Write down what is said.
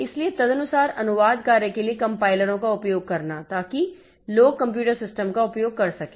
इसलिए तदनुसार अनुवाद कार्य के लिए कंपाइलरों का उपयोग करना ताकि लोग कंप्यूटर सिस्टम का उपयोग कर सकें